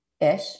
ish